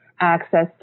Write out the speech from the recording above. access